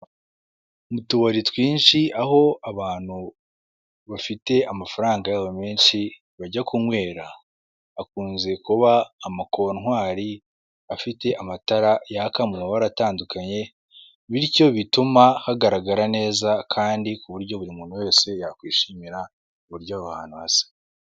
Mu tubari twinshi aho abantu bafite amafaranga yabo menshi bajya kunywera hakunze kuba amakontwari afite amatara yaka mu mabara atandukanye bityo bituma hagaragara neza kandi ku buryo buri muntu wese yakwishimira uburyo aho ahantutu hasa.